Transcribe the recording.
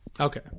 Okay